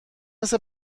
مثه